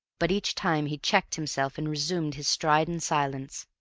but each time he checked himself and resumed his stride in silence.